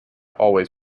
always